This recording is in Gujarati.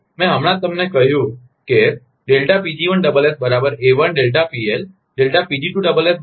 મેં હમણાં જ તમને કહ્યુ કે